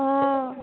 অঁ